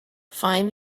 find